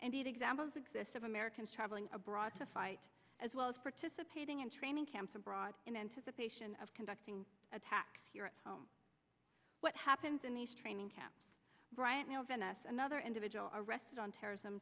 the examples exist of americans traveling abroad to fight as well as participating in training camps abroad in anticipation of conducting attacks here at home what happens in these training camps bryant neal vinas another individual arrested on terrorism